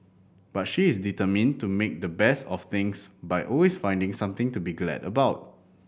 but she is determined to make the best of things by always finding something to be glad about